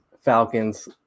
Falcons